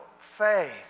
faith